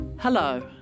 Hello